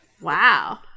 Wow